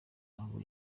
ngo